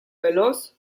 veloz